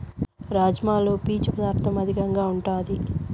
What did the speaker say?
రాజ్మాలో పీచు పదార్ధం అధికంగా ఉంటాది